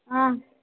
आम्